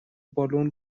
بالن